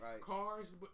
cars